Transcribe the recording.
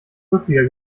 lustiger